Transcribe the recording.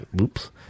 Oops